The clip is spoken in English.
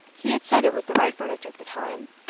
he had said it was the right verdict at the time,